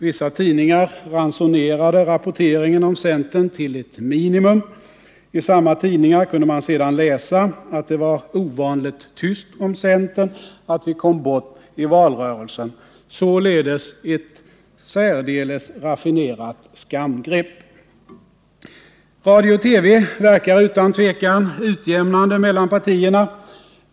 Vissa tidningar ransonerade rapporteringen om centern till ett minimum. I samma tidningar kunde man sedan läsa att det var ovanligt tyst om centern, att vi kom bort i valrörelsen. Således ett särdeles raffinerat skamgrepp. Radio och TV verkar utan tvivel utjämnande mellan partierna.